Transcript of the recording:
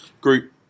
group